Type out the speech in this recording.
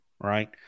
right